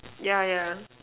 yeah yeah